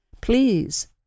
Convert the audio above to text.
Please